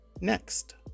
Next